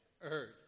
earth